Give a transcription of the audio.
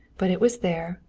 but it was there,